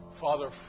Father